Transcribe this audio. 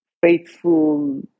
faithful